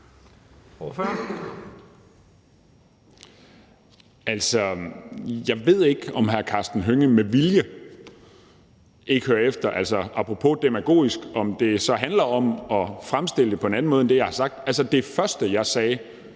Jeg ved ikke, om hr. Karsten Hønge med vilje ikke hører efter, altså om det apropos demagogisk handler om at fremstille det på en anden måde, end jeg har sagt det. Altså, det første, jeg sagde,